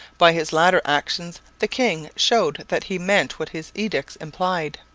by his later actions the king showed that he meant what his edicts implied.